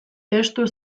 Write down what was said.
testu